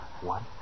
One